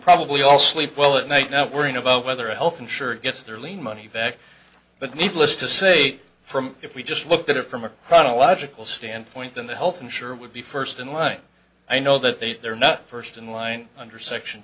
probably all sleep well at night worrying about whether a health insurer gets their lean money back but needless to say from if we just look at it from a chronological standpoint than the health insurer would be first in line i know that they're not first in line under section